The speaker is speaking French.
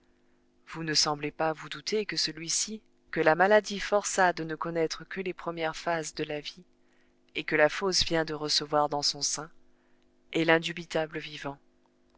vous ne semblez pas vous douter que celui-ci que la maladie força de ne connaître que les premières phases de la vie et que la fosse vient de recevoir dans son sein est l'indubitable vivant